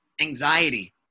anxiety